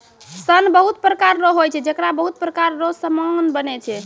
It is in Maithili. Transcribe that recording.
सन बहुत प्रकार रो होय छै जेकरा बहुत प्रकार रो समान बनै छै